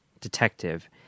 detective